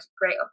great